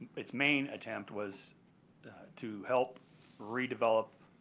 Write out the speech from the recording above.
its main attempt was to help redevelop